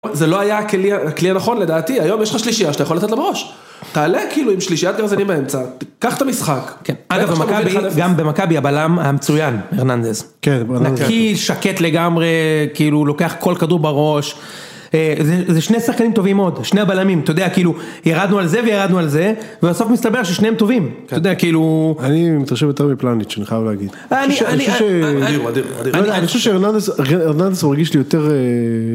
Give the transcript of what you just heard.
זה לא היה כלי הכלי הנכון לדעתי היום יש לך שלישיה שאתה יכול לתת לב ראש. תעלה כאילו עם שלישיית גרזינים באמצע. תקח את המשחק.כן אחד אפס. אגב במכבי. אחד אפס.גם במכבי הבלם המצוין ארננדז. כן. נקי שקט לגמרי כאילו הוא לוקח כל כדור בראש. זה זה שני שחקנים טובים מאוד. שני הבלמים אתה יודע כאילו. ירדנו על זה וירדנו על זה. ובסוף מסתבר ששניהם טובים. כן. אתה יודע כאילו. אני מתרשם יותר מפלניץ' שאני חייב להגיד. אני אני א... אני חושב ש... הוא אדיר. הוא אדיר. הוא אדיר. לא יודע, אני חושב שארננדז ארננדז הוא מרגיש לי יותר א...